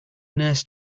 nurse